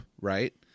right